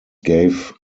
gave